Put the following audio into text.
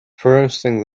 perusing